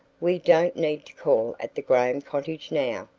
we don't need to call at the graham cottage now,